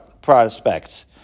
prospects